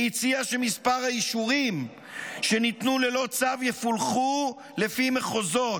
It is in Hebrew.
והציעה שמספר האישורים שניתנו ללא צו יפולחו לפי מחוזות,